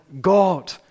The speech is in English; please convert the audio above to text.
God